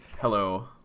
Hello